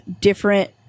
different